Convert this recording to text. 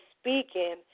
speaking